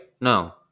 No